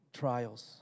trials